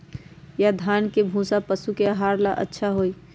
या धान के भूसा पशु के आहार ला अच्छा होई?